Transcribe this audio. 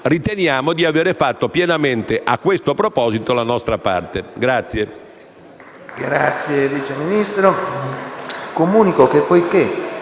riteniamo di aver fatto pienamente, a questo proposito, la nostra parte.